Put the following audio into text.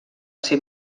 ser